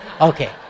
Okay